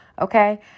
Okay